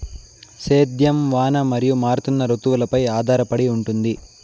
సేద్యం వాన మరియు మారుతున్న రుతువులపై ఆధారపడి ఉంటుంది